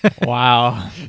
Wow